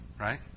Right